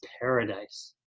paradise